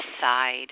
side